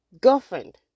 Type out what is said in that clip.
girlfriend